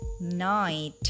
night